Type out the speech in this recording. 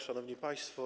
Szanowni Państwo!